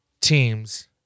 teams